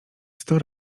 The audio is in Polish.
sto